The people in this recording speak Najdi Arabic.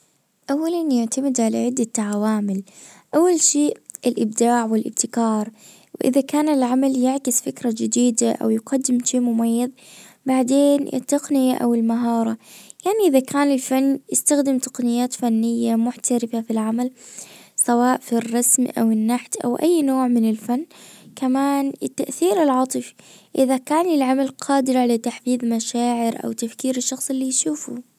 اولا يعتمد على عدة عوامل. اول شيء الابداع والابتكار. اذا كان العمل يعكس فكرة جديدة او يقدم شي مميز. بعدين التقنية او المهارة. يعني اذا كان الفن يستخدم تقنيات فنية محترفة في العمل. سواء في الرسم او النحت او اي نوع من الفن كمان التأثير العاطفي اذا كان العمل قادر على تحريك مشاعر او تفكير الشخص اللي يشوفه